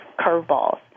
curveballs